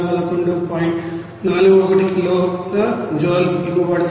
41 కిలోల జూల్ ఇవ్వబడుతుంది